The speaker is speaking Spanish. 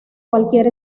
cualquier